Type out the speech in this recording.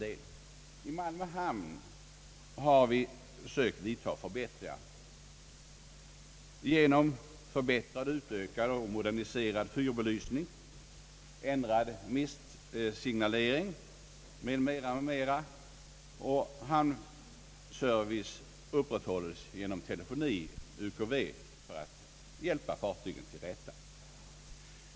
I Malmö hamn har vi sökt vidta förbättringar genom att införa en utökad och moderniserad fyrbelysning, ändrad mistsignalering m.m. Hamnservice upprätthålles genom telefoni, UKV, för att hjälpa fartygen till rätta.